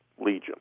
legion